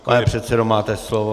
Pane předsedo, máte slovo.